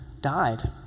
died